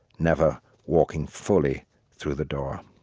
never walking fully through the door